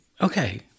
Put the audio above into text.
okay